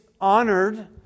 honored